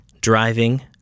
driving